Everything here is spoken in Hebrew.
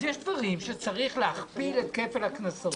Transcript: בסדר, אז יש דברים שצריך להכפיל את כפל הקנסות